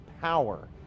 power